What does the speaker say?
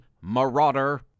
marauder